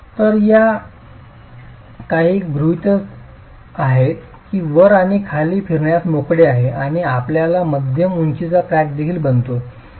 तर या काही गृहितक आहेत की वर आणि खाली फिरण्यास मोकळे आहेत आणि आपल्याला मध्यम उंचीचा क्रॅक देखील बनतो